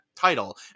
title